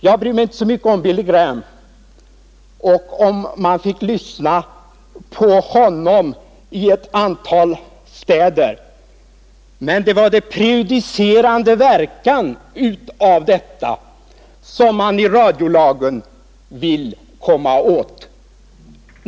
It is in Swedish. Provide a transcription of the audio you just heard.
Jag bryr mig inte så mycket om fallet Billy Graham och om man får lyssna till honom i ett antal städer. Det var den prejudicerande verkan härav som man genom radiolagen ville komma åt.